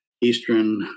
Eastern